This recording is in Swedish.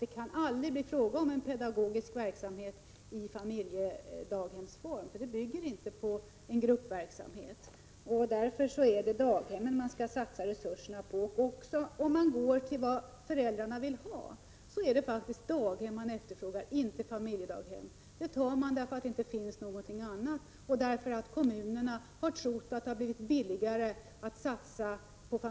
Det kan aldrig bli fråga om en pedagogisk verksamhet i familjedaghemsformen, som inte bygger på gruppverksamhet. Därför är det daghemmen som resurserna skall satsas på. Om man ser till vad föräldrarna vill ha, är det daghem som efterfrågas och inte familjedaghem. Familjedaghem väljer de därför att det inte finns någonting annat och därför att kommunerna har trott att de skulle vara billigare att satsa på.